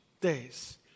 days